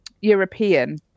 European